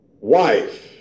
wife